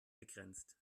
begrenzt